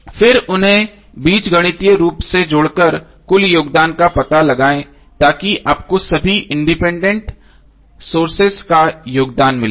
फिर उन्हें बीजगणितीय रूप से जोड़कर कुल योगदान का पता लगाएं ताकि आपको सभी इंडिपेंडेंट सोर्सों का योगदान मिले